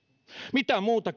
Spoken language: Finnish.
mitä muuta